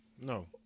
No